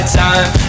time